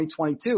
2022